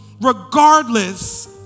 regardless